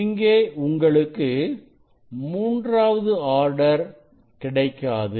இங்கே உங்களுக்கு மூன்றாவது ஆர்டர் கிடைக்காது